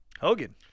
Hogan